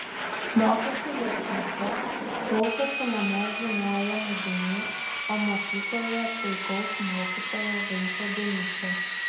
mokėsi viekšniuose klausėsi mamos dainuojamų dainų o mokykloje puikaus mokytojo vinco deniušio